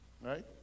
Right